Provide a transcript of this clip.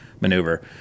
maneuver